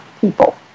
people